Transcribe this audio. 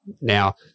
Now